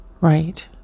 Right